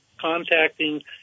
contacting